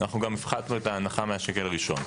הפחתנו גם את ההנחה מהשקל הראשון.